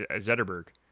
Zetterberg